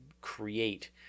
create